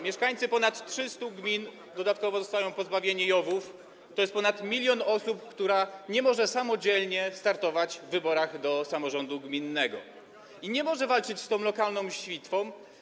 Mieszkańcy ponad 300 gmin dodatkowo zostają pozbawieni JOW-ów, to jest ponad milion osób, które nie mogą samodzielnie startować w wyborach do samorządu gminnego i nie mogą walczyć z tą lokalną sitwą.